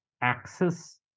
access